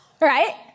right